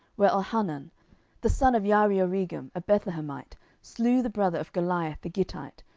where elhanan the son of jaareoregim, a bethlehemite, slew the brother of goliath the gittite,